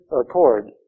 accord